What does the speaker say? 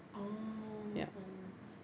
oh oh